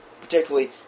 particularly